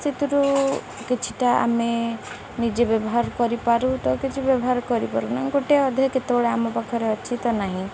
ସେଥିରୁ କିଛିଟା ଆମେ ନିଜେ ବ୍ୟବହାର କରିପାରୁ ତ କିଛି ବ୍ୟବହାର କରିପାରୁନା ଗୋଟଏ ଅଧା କେତେବେଳେ ଆମ ପାଖରେ ଅଛି ତ ନାହିଁ